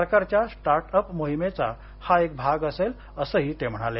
सरकारच्या start up मोहिमेचा हा एक भाग असेल असंही ते म्हणाले